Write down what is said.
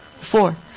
Four